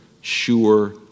sure